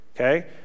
okay